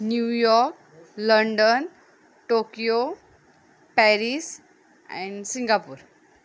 New York London Tokyo Paris and Singapore